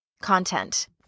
content